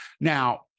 Now